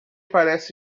parece